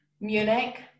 Munich